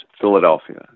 Philadelphia